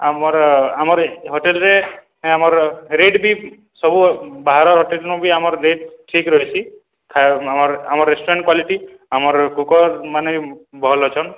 ଆମର୍ ଆମର୍ ହୋଟେଲ୍ରେ ଆମର୍ ରେଟ୍ ବି ସବୁ ବାହାରର୍ ହୋଟେଲ୍ରୁ ବି ଆମର୍ ରେଟ୍ ଠିକ୍ ରହେସି ଆମର୍ ଆମର୍ ରେଷ୍ଟୁରାଣ୍ଟ୍ କ୍ୱାଲିଟି ଆମର୍ କୁକର୍ମାନେ ବି ଭଲ୍ ଅଛନ୍